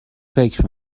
فکر